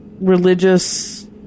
religious